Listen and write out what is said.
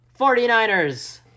49ers